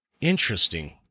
Interesting